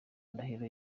ndahiro